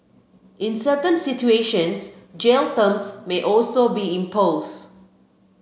in certain situations jail terms may also be imposed